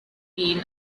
been